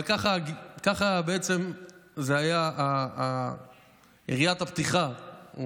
אבל ככה בעצם הייתה יריית הפתיחה,